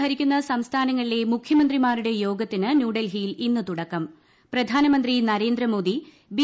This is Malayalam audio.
ഭരിക്കുന്ന സംസ്ഥാനങ്ങ്ളിലെ മുഖ്യമന്ത്രിമാരുടെ യോഗത്തിന് ന്യൂഡൽഹിയിൽ ഇന്ന് തുടക്ക്ക് പ്രധാനമന്ത്രി നരേന്ദ്ര മോദി ബി